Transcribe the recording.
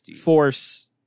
force